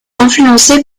influencé